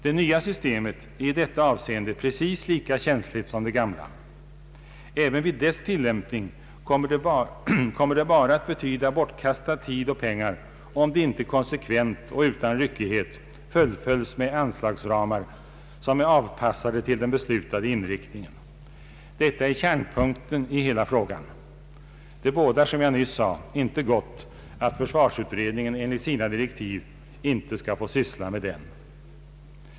Det nya systemet är i detta avseende precis lika känsligt som det gamla. även vid dess tillämpning kommer det bara att betyda bortkastad tid och pengar, om det inte konsekvent och utan ryckighet fullföljs med anslagsramar som är avpassade till den beslutade inriktningen. Detta är kärnpunkten i hela frågan. Det bådar, som jag nyss sade, inte gott att försvarsutredningen enligt sina direktiv inte skall få syssla med den.